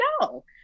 No